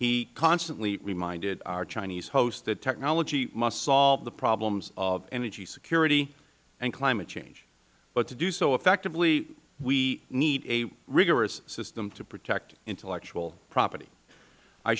he constantly reminded our chinese host that technology must solve the problems of energy security and climate change but to do so effectively we need a rigorous system to protect intellectual property i